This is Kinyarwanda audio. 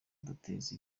kuduteza